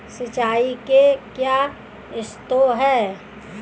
सिंचाई के क्या स्रोत हैं?